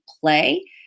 play